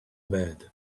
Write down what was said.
bad